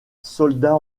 soldats